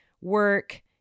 work